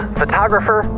photographer